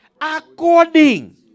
according